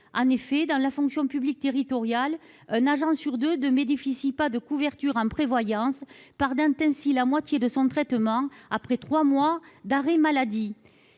En effet, dans la fonction publique territoriale, un agent sur deux ne bénéficie pas d'une couverture en prévoyance, si bien qu'il perd la moitié de son traitement après trois mois d'arrêt maladie.